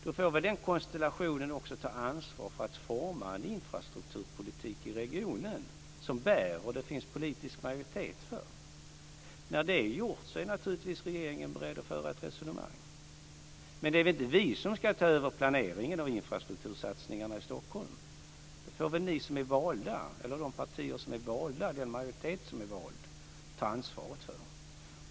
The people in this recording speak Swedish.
Då får väl den konstellationen också ta ansvar för att forma en infrastrukturpolitik i regionen som bär och som det finns politisk majoritet för. När det är gjort är regeringen naturligtvis beredd att föra ett resonemang. Men det är väl inte vi som ska ta över planeringen av infrastruktursatsningarna i Stockholm. Det får väl ni, alltså de partier som är valda och den majoritet som är vald, ta ansvaret för.